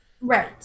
right